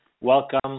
Welcome